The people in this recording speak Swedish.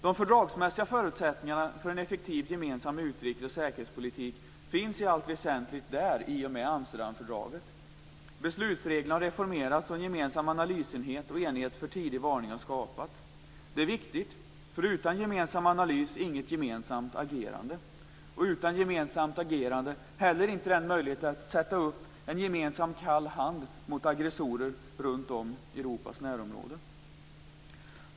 De fördragsmässiga förutsättningarna för en effektiv gemensam utrikes och säkerhetspolitik finns i allt väsentligt där i och med Amsterdamfördraget. Beslutsreglerna har reformerats och en gemensam analysenhet och en enhet för tidig varning har skapats. Det är viktigt. Utan gemensam analys, inget gemensamt agerande. Utan gemensamt agerande heller inte en möjlighet att sätta upp en gemensam kall hand mot aggressorer runtom i Europas närområde.